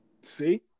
See